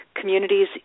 communities